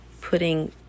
putting